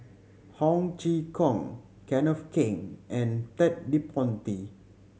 Ho Chee Kong Kenneth Keng and Ted De Ponti